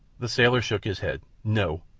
the sailor shook his head. no,